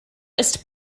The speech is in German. ist